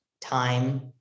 time